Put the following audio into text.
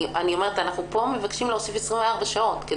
אנחנו כאן מבקשים להוסיף 24 שעות.